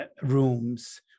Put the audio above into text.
rooms